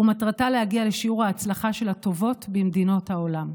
ומטרתה להגיע לשיעור ההצלחה של הטובות במדינות העולם.